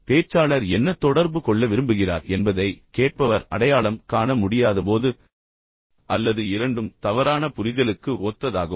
பேச்சாளர் என்ன தொடர்பு கொள்ள விரும்புகிறார் என்பதை கேட்பவர் அடையாளம் காண முடியாதபோது அல்லது இரண்டும் தவறான புரிதலுக்கு ஒத்ததாகும்